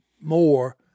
more